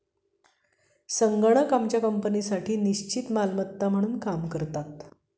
संगणक आमच्या कंपनीसाठी निश्चित मालमत्ता म्हणून काम करतात